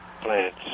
plants